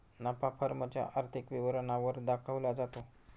नफा फर्म च्या आर्थिक विवरणा वर दाखवला जातो